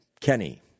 Kenny